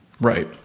Right